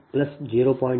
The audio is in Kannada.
5 0